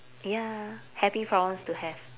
ya happy problems to have